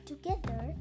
Together